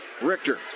Richter